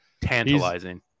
Tantalizing